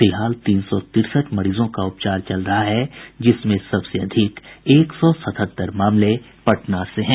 फिलहाल तीन सौ तिरसठ मरीजों का उपचार चल रहा है जिसमें सबसे अधिक एक सौ सतहत्तर मामले पटना से हैं